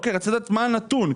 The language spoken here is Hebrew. רציתי לדעת מה הנתון,